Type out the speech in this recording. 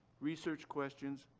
research questions,